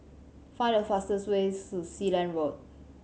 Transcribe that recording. find the fastest way to Sealand Road